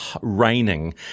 raining